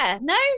no